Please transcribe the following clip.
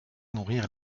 nourrir